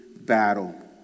battle